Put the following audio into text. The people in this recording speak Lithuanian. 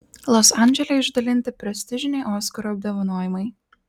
los andžele išdalinti prestižiniai oskarų apdovanojimai